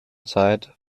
zeit